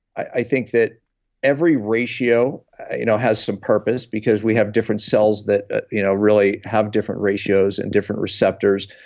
i think that every ratio you know has some purpose because we have different cells that you know really have different ratios and different receptors.